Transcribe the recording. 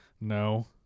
No